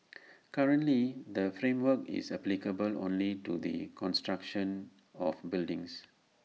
currently the framework is applicable only to the construction of buildings